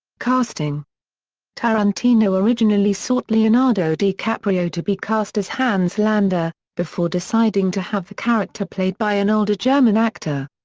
casting tarantino originally sought leonardo dicaprio to be cast as hans landa, before deciding to have the character played by an older german actor.